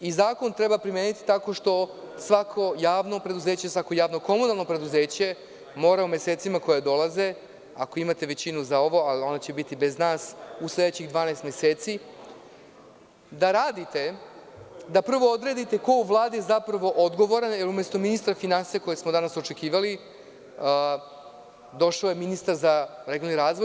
Zakon treba primeniti tako što svako javno preduzeće, svako javno komunalno preduzeće mora u mesecima koji dolaze, ako imate većinu za ovo, a ona će biti bez nas, u sledećih 12 meseci, da radite, da prvo odredite ko je u Vladi zapravo odgovoran, jer umesto ministra finansija, kojeg smo danas očekivali, došao je ministar za regionalni razvoj.